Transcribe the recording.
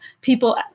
people